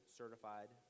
certified